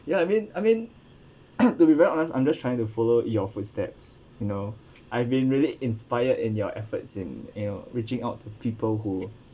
ya I mean I mean to be very honest I'm just trying to follow your footsteps you know I've been really inspired in your efforts in you know reaching out to people who